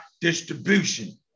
distribution